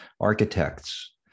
architects